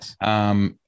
Yes